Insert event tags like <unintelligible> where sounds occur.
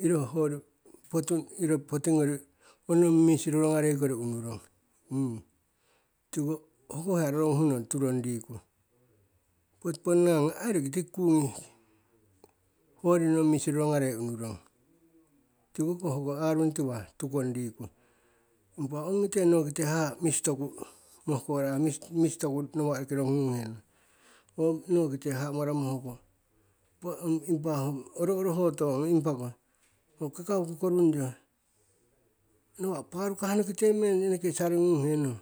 Iro hoyori poti iro potigori, ong nong misi rorogarei kori unurong. <hesitation> tiko hoko hiya roroguh nong turong riku. Poti ponna ngi, ai roki tiki kugi, hoyori nong misi rorogarei unurong. Tiko hoko, hoko arung tiwa'a tukong riku, impa ongi te nokite haha'a misi toku mohko ra'a misi, misi toku nawa'a roki roguhunghe nong. Ho nokite haha'a maramo hoko, <unintelligible> roki oro oroho tohnong, impa ko ho kakau kokorungyo, nawa'a parukah nokite meng inoke saling ngung henong.